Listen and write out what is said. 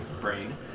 brain